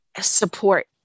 support